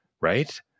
right